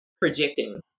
projecting